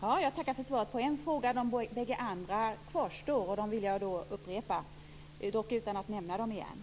Herr talman! Jag tackar för svaret på en fråga. De bägge andra kvarstår. Dem vill jag upprepa, dock utan att nämna dem igen.